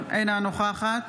אינה נוכחת